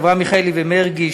אברהם מיכאלי ומרגי,